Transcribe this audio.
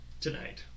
Tonight